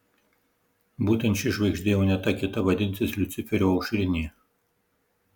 būtent ši žvaigždė o ne ta kita vadinsis liuciferio aušrinė